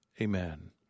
Amen